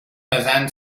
basant